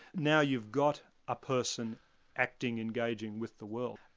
now you've got a person acting, engaging with the world.